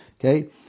Okay